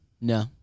No